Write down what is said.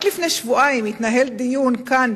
רק לפני שבועיים התנהל דיון כאן,